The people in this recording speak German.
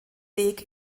weg